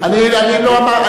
אני לא אמרתי,